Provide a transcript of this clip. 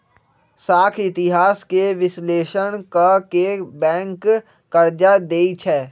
साख इतिहास के विश्लेषण क के बैंक कर्जा देँई छै